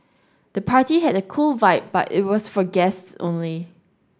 the party had a cool vibe but it was for guests only